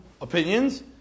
opinions